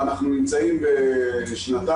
ואנחנו נמצאים בשנתיים,